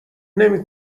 نمی